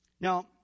Now